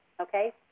Okay